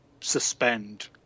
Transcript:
suspend